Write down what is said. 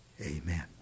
Amen